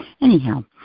anyhow